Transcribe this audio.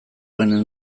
genuen